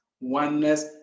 oneness